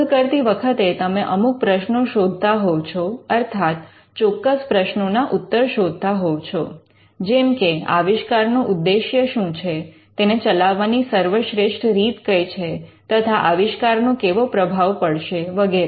શોધ કરતી વખતે તમે અમુક પ્રશ્નો શોધતા હોવ છો અર્થાત ચોક્કસ પ્રશ્નોના ઉત્તર શોધતા હોવ છો જેમ કે આવિષ્કારનો ઉદ્દેશ્ય શું છે તેને ચલાવવાની સર્વશ્રેષ્ઠ રીત કઈ છે તથા આવિષ્કારનો કેવો પ્રભાવ પડશે વગેરે